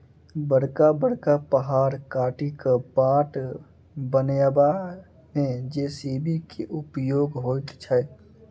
बड़का बड़का पहाड़ काटि क बाट बनयबा मे जे.सी.बी के उपयोग होइत छै